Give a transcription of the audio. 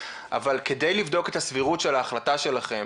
אבל כדי לבדוק את הסבירות של ההחלטה שלכם,